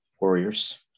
Warriors